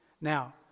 Now